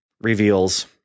reveals